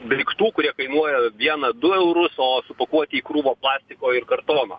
daiktų kurie kainuoja vieną du eurus o supakuoti į krūvą plastiko ir kartono